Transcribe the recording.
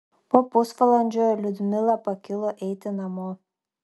po pusvalandžio liudmila pakilo eiti namo